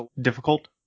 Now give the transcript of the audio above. difficult